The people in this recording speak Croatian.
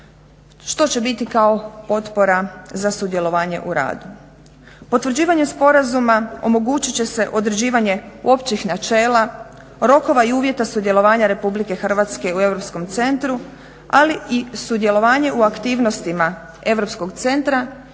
Što će biti kao potpora za sudjelovanje u radu. Potvrđivanjem sporazuma omogućit će se određivanje općih načela, rokova i uvjeta sudjelovanja RH u Europskom centru ali i sudjelovanje u aktivnostima Europskog centra